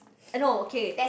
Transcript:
I know okay